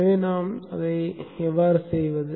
எனவே நாம் அதை எப்படி செய்வது